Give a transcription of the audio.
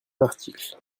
article